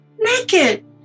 naked